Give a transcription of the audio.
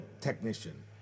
technician